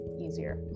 easier